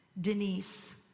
Denise